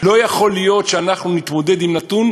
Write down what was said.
לא יכול להיות שאנחנו נתמודד עם נתון,